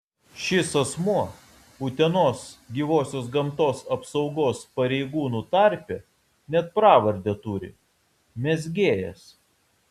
šis asmuo utenos gyvosios gamtos apsaugos pareigūnų tarpe net pravardę turi mezgėjas